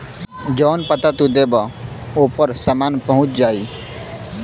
जौन पता तू देबा ओपर सामान पहुंच जाई